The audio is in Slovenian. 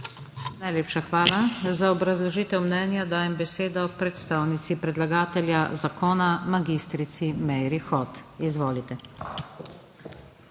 Najlepša hvala. Za obrazložitev mnenja dajem besedo predstavnici predlagatelja zakona mag. Meiri Hot. Izvolite.